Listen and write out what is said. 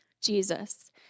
Jesus